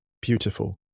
beautiful